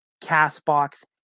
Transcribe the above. CastBox